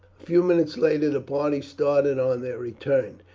a few minutes later the party started on their return.